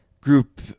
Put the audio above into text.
group